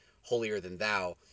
holier-than-thou